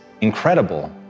incredible